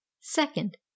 second